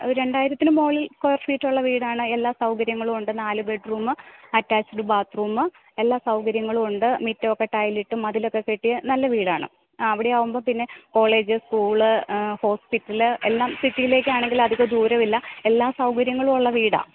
രണ്ടായിരത്തിനു മുകളിൽ സ്ക്വയർ ഫീറ്റുള്ള വീടാണ് എല്ലാ സൗകര്യങ്ങളുമുണ്ട് നാല് ബെഡ്റൂം അറ്റാച്ഡ് ബാത്റൂം എല്ലാ സൗകര്യങ്ങളുമുണ്ട് മുറ്റം ഒക്കെ ടൈലിട്ട് മതിലൊക്കെ കെട്ടിയ നല്ല വീടാണ് അവിടെ ആകുമ്പോൾ പിന്നെ കോളേജ് സ്കൂള് ഹോസ്പിറ്റല് എല്ലാം സിറ്റിയിലേക്കാണെങ്കിൽ അധികം ദൂരമില്ല എല്ലാ സൗകര്യങ്ങളും ഉള്ള വീടാണ്